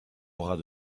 bras